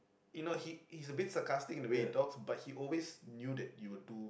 you know he he's a bit sarcastic in the way he talks but he always knew that you would do